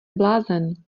blázen